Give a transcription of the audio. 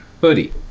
hoodie